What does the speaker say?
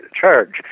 charge